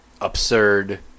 absurd